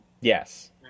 yes